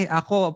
ako